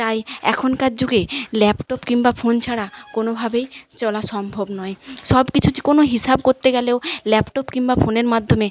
তাই এখনকার যুগে ল্যাপটপ কিম্বা ফোন ছাড়া কোনোভবেই চলা সম্ভব নয় সব কিছু কোনো হিসাব করতে গেলেও ল্যাপটপ কিম্বা ফোনের মাধ্যমে